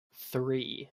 three